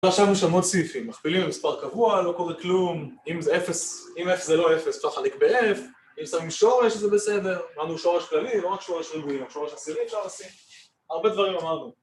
‫אתן עכשיו משנות סעיפים, ‫מכפילים מספר קבוע, לא קורה כלום, ‫אם אפס זה לא אפס, אפשר חהחליק ב-אף, ‫אם שמים שורש זה בסדר, ‫אנחנו שורש כללי, לא רק שורש ריבועי, ‫אנחנו שורש עשירי, אפשר לשים. ‫הרבה דברים אמרנו.